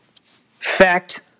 Fact